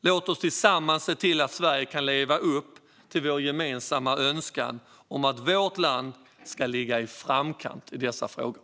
Låt oss tillsammans se till att Sverige kan leva upp till vår gemensamma önskan om att vårt land ska ligga i framkant i dessa frågor.